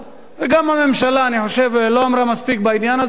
גם הממשלה לא אמרה מספיק בעניין הזה.